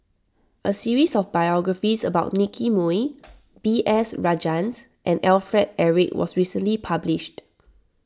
a series of biographies about Nicky Moey B S Rajhans and Alfred Eric was recently published